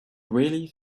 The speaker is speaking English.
really